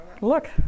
Look